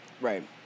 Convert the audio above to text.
Right